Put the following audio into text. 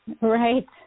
Right